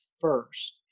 first